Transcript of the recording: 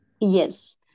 Yes